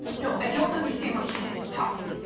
no. i don't understand why she can't just talk to me.